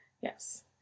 yes